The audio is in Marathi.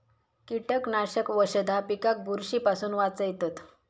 कीटकनाशक वशधा पिकाक बुरशी पासून वाचयतत